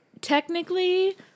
technically